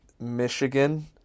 Michigan